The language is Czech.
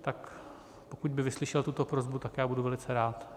Tak pokud by vyslyšel tuto prosbu, tak budu velice rád.